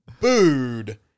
booed